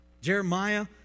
Jeremiah